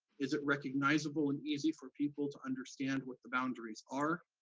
is it recognizable and easy for people to understand what the boundaries are?